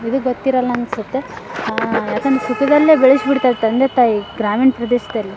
ಇದು ಗೊತ್ತಿರೋಲ್ಲ ಅನ್ನಿಸುತ್ತೆ ಏಕಂದ್ರೆ ಸುಖದಲ್ಲೇ ಬೆಳ್ಸ್ಬಿಡ್ತಾರೆ ತಂದೆ ತಾಯಿ ಗ್ರಾಮೀಣ ಪ್ರದೇಶದಲ್ಲಿ